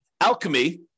Alchemy